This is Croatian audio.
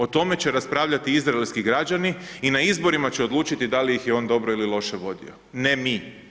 O tome će raspravljati izraelski građani i na izborima će odlučiti da li ih je on dobro ili loše vodio, ne mi.